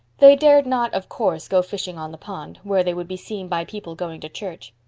they dared not, of course, go fishing on the pond, where they would be seen by people going to church.